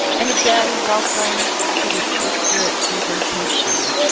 and again, welcome to the two spirit presentation.